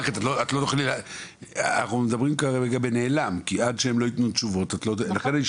אנחנו מדברים כרגע על נעלם כי עד שהם לא ייתנו תשובות את לא תדעי.